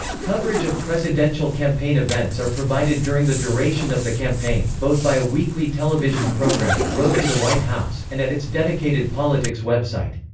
coverage of presidential campaign events are provided during the duration of the campaign, both by a weekly television program, road to the white house, and at its dedicated politics website.